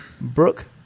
Brooke